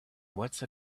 once